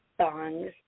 songs